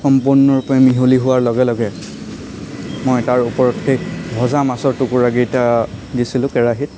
সম্পূৰ্ণৰূপে মিহলি হোৱাৰ লগে লগে মই তাৰ ওপৰত সেই ভজা মাছৰ টুকুৰাকেইটা দিছিলোঁ কেৰাহীত